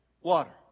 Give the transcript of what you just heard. water